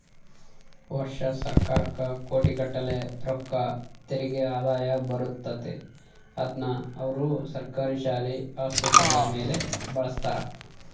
ವರ್ಷಾ ಸರ್ಕಾರಕ್ಕ ಕೋಟಿಗಟ್ಟಲೆ ರೊಕ್ಕ ತೆರಿಗೆ ಆದಾಯ ಬರುತ್ತತೆ, ಅದ್ನ ಅವರು ಸರ್ಕಾರಿ ಶಾಲೆ, ಆಸ್ಪತ್ರೆಗಳ ಮೇಲೆ ಬಳಸ್ತಾರ